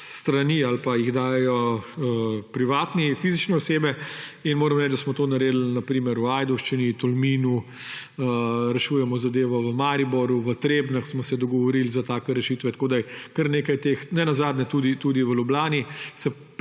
ali pa jih dajejo privatne, fizične osebe in moram reči, da smo to naredili na primer v Ajdovščini, Tolminu, rešujemo zadevo v Mariboru, v Trebnjem smo se dogovorili za take rešitve. Tako je kar nekaj teh, nenazadnje tudi v Ljubljani